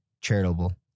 charitable